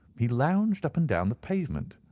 he lounged up and down the pavement,